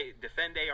Defend